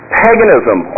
paganism